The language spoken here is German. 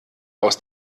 aus